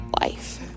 life